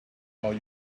are